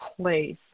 place